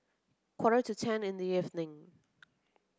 quarter to ten in the evening